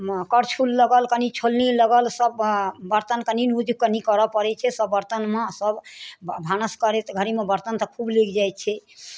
करछुल लगल कनि छोलनी लगल सब बर्तन कनि यूज कनि करऽ पड़ै छै सब बर्तनमे सब भानस करैत घड़ीमे बर्तन तऽ खूब लागि जाइ छै